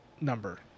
number